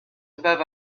above